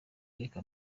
reka